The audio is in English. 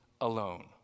alone